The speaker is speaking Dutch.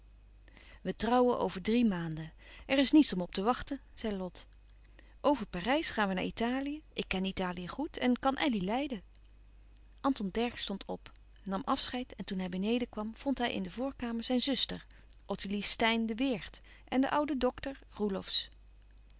wij trouwen over drie maanden er is niets om op te wachten zei lot over parijs gaan we naar italië ik ken italië goed en kan elly leiden anton dercksz stond op nam afscheid en toen hij beneden kwam vond hij in de voorkamer zijn zuster ottilie steyn de weert en de oude dokter